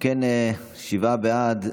אם כן, שבעה בעד,